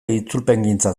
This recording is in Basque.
itzulpengintza